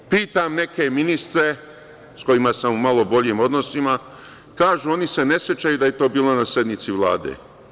Pitam neke ministre, sa kojima sam u malo boljim odnosima, kažu – oni se ne sećaju da je to bilo na sednici Vlade.